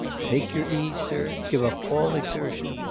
take your ease, sir give up all exertion,